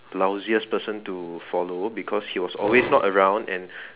lousiest person to follow because he was always not around and